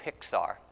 Pixar